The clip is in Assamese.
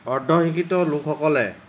অৰ্ধ শিক্ষিত লোকসকলে